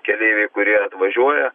keleiviai kurie atvažiuoja